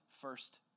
first